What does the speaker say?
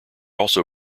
also